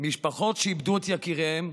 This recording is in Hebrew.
משפחות שאיבדו את יקיריהן,